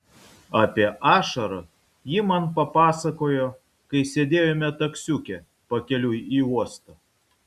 apie ašarą ji man papasakojo kai sėdėjome taksiuke pakeliui į uostą